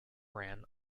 ran